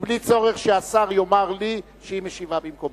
בלי צורך שהשר יאמר לי שהיא משיבה במקומו,